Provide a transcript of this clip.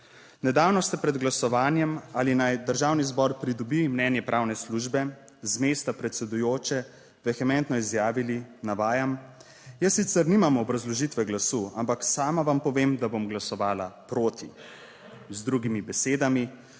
Nedavno ste pred glasovanjem ali naj Državni zbor pridobi mnenje pravne službe z mesta predsedujoče vehementno izjavili navajam: "Jaz sicer nimam obrazložitve glasu, ampak sama vam povem, da bom glasovala proti". Z drugimi besedami: